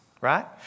right